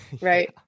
right